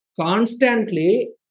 constantly